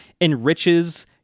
enriches